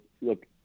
look